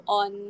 on